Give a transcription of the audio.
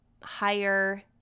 higher